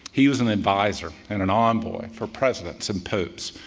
he was an advisor and an envoy for presidents and popes,